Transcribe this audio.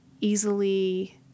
easily